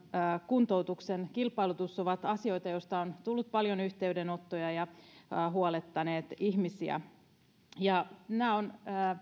kuntoutuksen kilpailutus ovat asioita joista on tullut paljon yhteydenottoja ja jotka ovat huolettaneet ihmisiä nämä on